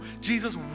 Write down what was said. Jesus